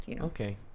Okay